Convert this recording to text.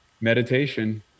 meditation